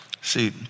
See